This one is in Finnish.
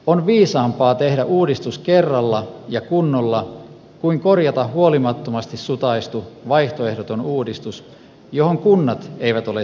on viisaampaa tehdä uudistus kerralla ja kunnolla kuin korjata huolimattomasti sutaistu vaihtoehdoton uudistus johon kunnat eivät ole sitoutuneet